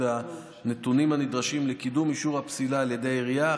הנתונים הנדרשים לקידום אישור הפסילה על ידי העירייה,